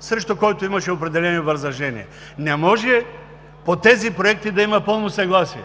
срещу който имаше определени възражения. Не може по тези проекти да има пълно съгласие,